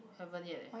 haven't yet eh